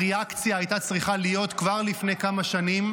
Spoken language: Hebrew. הריאקציה הייתה צריכה להיות כבר לפני כמה שנים.